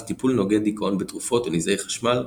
טיפול נוגד דיכאון בתרופות או נזעי חשמל,